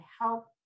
help